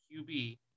QB